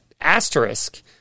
asterisk